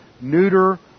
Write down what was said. neuter